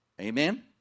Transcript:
Amen